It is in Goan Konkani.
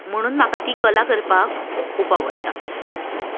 म्हणून म्हाका ती कला करपाक खूब आवडटा